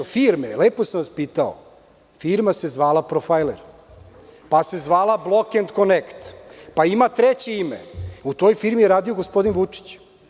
Lepo sam vas pitao, firma se zvala „ Profajler“, pa se zvala „Blok end konekt“, pa ima treće ime, i u toj firmi je radio gospodin Vučić.